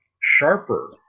sharper